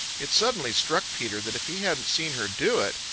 it suddenly struck peter that if he hadn't seen her do it,